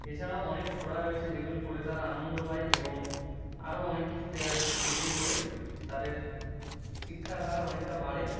এছাড়াও অনেক ছড়া রয়েছে যেগুলি পড়ে তারা আনন্দ পায় এবং আরও অনেক কিছু দেওয়া রয়েছে যেগুলি পড়ে তাদের শিক্ষার হার অনেকটা বাড়ে